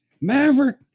Maverick